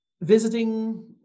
visiting